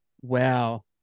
Wow